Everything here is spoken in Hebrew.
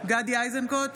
גדי איזנקוט,